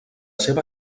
seva